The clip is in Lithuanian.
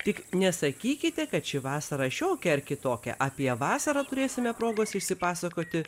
tik nesakykite kad ši vasara šiokia ar kitokia apie vasarą turėsime progos išsipasakoti